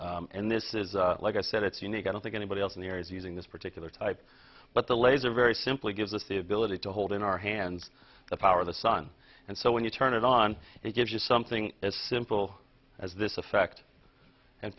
and this is like i said it's unique i don't think anybody else in the air is using this particular type but the laser very simply gives us the ability to hold in our hand the power of the sun and so when you turn it on it gives you something as simple as this effect and